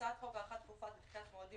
הצעת חוק הארכת תקופות ודחיית מועדים